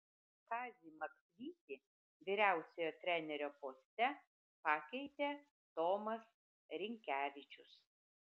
kazį maksvytį vyriausiojo trenerio poste pakeitė tomas rinkevičius